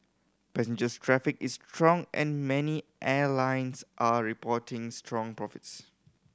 passengers traffic is strong and many airlines are reporting strong profits